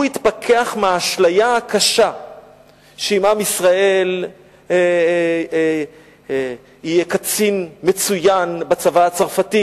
הוא התפכח מהאשליה הקשה שאם עם ישראל יהיה קצין מצוין בצבא הצרפתי